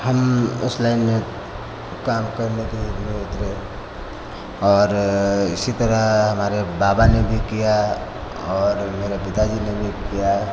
हम उस लाइन में काम करने के लिए जुड़े उतरे और इसी तरह हमारे बाबा ने भी किया और मेरे पिता जी ने भी किया